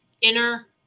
inner